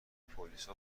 پلیسا